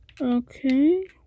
okay